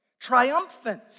triumphant